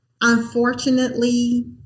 unfortunately